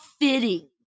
fitting